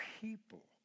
people